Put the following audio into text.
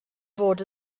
fod